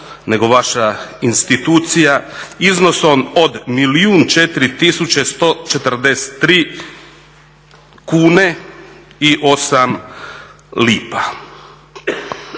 nego vaša institucija iznosom od milijun 4 tisuće 143 kune i 8 lipa.